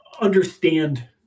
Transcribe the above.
understand